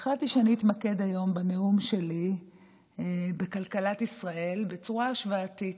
החלטתי שאני אתמקד היום בנאום שלי בכלכלת ישראל בצורה השוואתית.